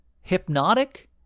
hypnotic